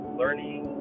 learning